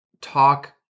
talk